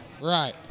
Right